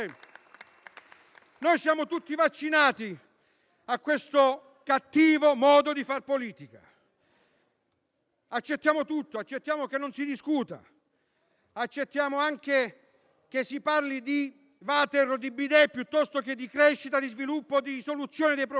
noi siamo tutti vaccinati nei confronti di questo cattivo modo di far politica. Accettiamo tutto, accettiamo che non si discuta, accettiamo anche che si parli di water e di bidet, invece che di crescita, di sviluppo e di soluzioni dei problemi.